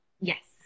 Yes